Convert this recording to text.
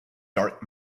dark